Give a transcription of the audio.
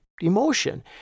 emotion